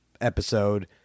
episode